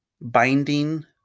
binding